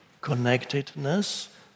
connectedness